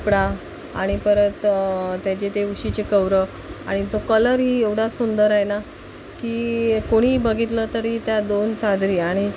कपडा आणि परत त्याचे ते उशीचे कवरं आणि तो कलरही एवढा सुंदर आहे ना की कोणीही बघितलं तरी त्या दोन चादरी आणि